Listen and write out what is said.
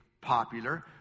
popular